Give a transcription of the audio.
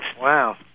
Wow